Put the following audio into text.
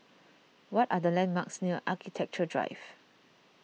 what are the landmarks near Architecture Drive